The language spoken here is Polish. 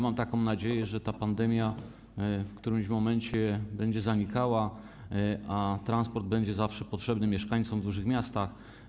Mam taką nadzieję, że ta pandemia w którymś momencie będzie zanikała, a transport będzie zawsze potrzebny mieszkańcom w dużych miastach.